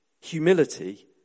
Humility